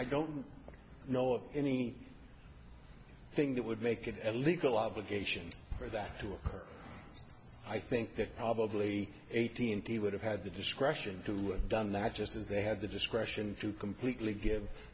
i don't know of any thing that would make it a legal obligation for that to i think that probably eighty and he would have had the discretion to have done not just as they had the discretion to completely give